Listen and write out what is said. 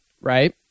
Right